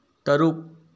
ꯇꯔꯨꯛ